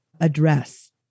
address